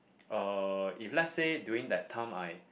uh if let's say during that time I